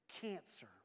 cancer